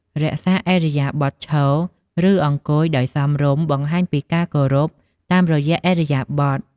រក្សាឥរិយាបថឈរ ឬអង្គុយដោយសមរម្យបង្ហាញពីការគោរពតាមរយៈឥរិយាបថ។